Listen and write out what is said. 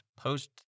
post